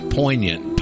poignant